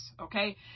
Okay